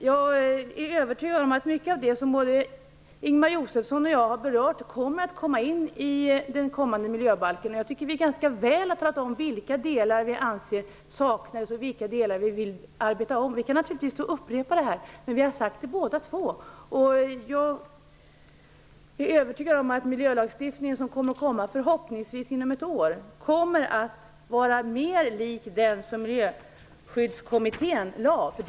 Jag är övertygad om att mycket av det som både Ingemar Josefsson och jag har berört kommer att införlivas i den kommande miljöbalken. Jag tycker att vi ganska väl har talat om vilka delar vi anser saknas och vilka delar vi vill arbeta om. Jag kan naturligtvis upprepa det här, men vi har båda två nämnt dem. Jag är också övertygad om att den miljölagstiftning som förhoppningsvis är klar inom ett år kommer att vara mer lik det förslag som Miljöskyddskommittén lade fram.